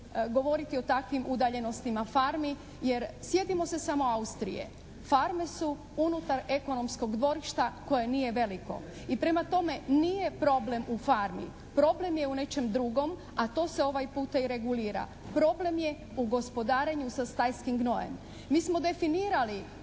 govoriti o takvim udaljenostima farmi. Jer sjetimo se samo Austrije. Farme su unutar ekonomskog dvorišta koje nije veliko. I prema tome nije problem u farmi. Problem je u nečem drugom a to se ovaj put i regulira. Problem je u gospodarenju sa stajskim gnojem. Mi smo definirali